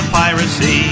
piracy